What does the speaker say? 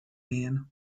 man